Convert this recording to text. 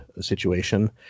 situation